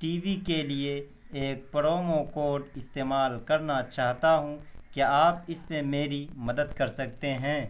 T V کے لیے ایک پرومو کوڈ استعمال کرنا چاہتا ہوں کیا آپ اس میں میری مدد کر سکتے ہیں